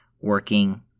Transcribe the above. working